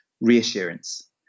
reassurance